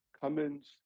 Cummins